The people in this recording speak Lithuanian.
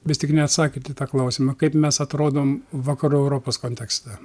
vis tik neatsakėt į tą klausimą kaip mes atrodom vakarų europos kontekste